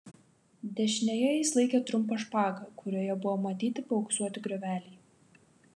dešinėje jis laikė trumpą špagą kurioje buvo matyti paauksuoti grioveliai